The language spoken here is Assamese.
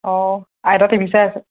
অঁ আইতা টিভি চাই আছে